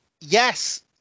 yes